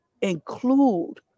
include